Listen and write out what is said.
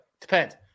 depends